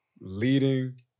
leading